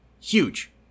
Huge